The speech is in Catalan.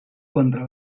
contra